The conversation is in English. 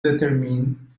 determine